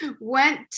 went